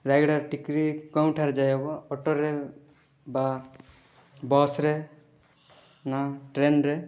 ରାୟଗଡ଼ାରୁ ଟିକିରି କେଉଁଠାରେ ଯାଇହେବ ଅଟୋରେ ବା ବସ୍ରେ ନା ଟ୍ରେନ୍ରେ